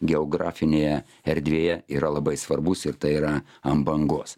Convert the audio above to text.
geografinėje erdvėje yra labai svarbus ir tai yra an bangos